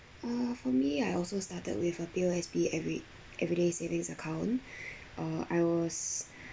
mm for me I also started with a P_O_S_B every everyday savings account uh I was